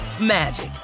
magic